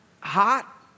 hot